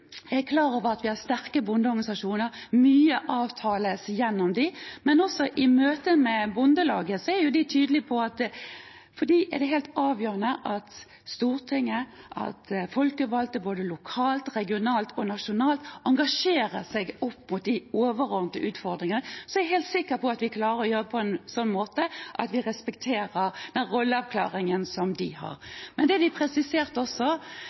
Jeg er klar over at vi har sterke bondeorganisasjoner. Mye avtales gjennom dem. Men også i møte med Bondelaget er en tydelig på at for dem er det helt avgjørende at Stortinget og folkevalgte både lokalt, regionalt og nasjonalt engasjerer seg i de overordnede utfordringene. Jeg er helt sikker på at vi klarer å gjøre det på en måte som gjør at vi respekterer den rolleavklaringen som de har. De presiserte også